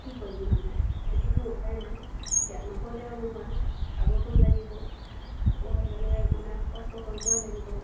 কি কৰিম মানে একোটো উপাই নাই এতিয়া নকৰিলেও নহয় খাব তোন লাগিব খাব লাগিলে মানে কষ্ট কৰিবই লাগিব